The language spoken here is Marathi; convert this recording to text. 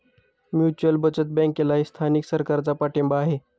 म्युच्युअल बचत बँकेलाही स्थानिक सरकारचा पाठिंबा आहे